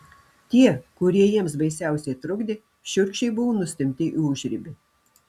tie kurie jiems baisiausiai trukdė šiurkščiai buvo nustumti į užribį